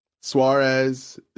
Suarez